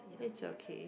it's okay